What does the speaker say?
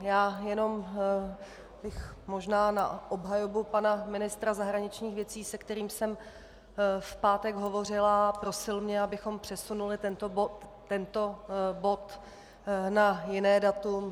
Já jenom bych možná na obhajobu pana ministra zahraničních věcí, se kterým jsem v pátek hovořila a prosil mě, abychom přesunuli tento bod na jiné datum.